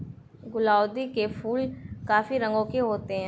गुलाउदी के फूल काफी रंगों के होते हैं